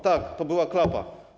Tak, to była klapa.